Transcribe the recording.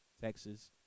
Texas